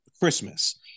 Christmas